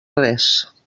res